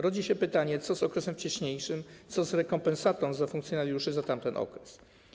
Rodzi się pytanie, co z okresem wcześniejszym, co z rekompensatą dla funkcjonariuszy za tamten okres.